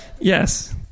Yes